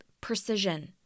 precision